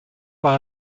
war